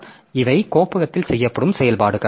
எனவே இவை கோப்பகத்தில் செய்யப்படும் செயல்பாடுகள்